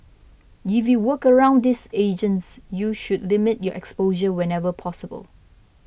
if you work around these agents you should limit your exposure whenever possible